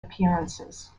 appearances